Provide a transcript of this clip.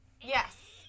Yes